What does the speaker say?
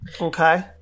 Okay